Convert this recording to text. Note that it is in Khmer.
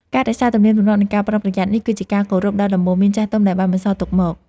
ការរក្សាទំនៀមទម្លាប់នៃការប្រុងប្រយ័ត្ននេះគឺជាការគោរពដល់ដំបូន្មានចាស់ទុំដែលបានបន្សល់ទុកមក។